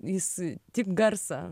jis tik garsą